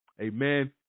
Amen